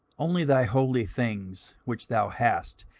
only thy holy things which thou hast,